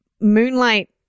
Moonlight